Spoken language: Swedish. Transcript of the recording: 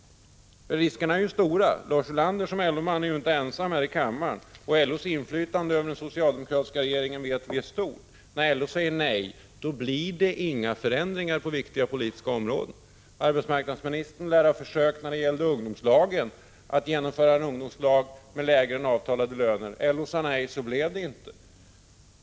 Riskerna är ju stora. Lars Ulander är inte ensam LO-man i kammaren, och vi vet att LO:s inflytande över den socialdemokratiska regeringen är stort. När LO säger nej, då blir det inga förändringar på viktiga politiska områden. Arbetsmarknadsministern lär ha försökt att genomföra ungdomslagen med lägre löner än de avtalade. LO sade nej, och så blev det inte.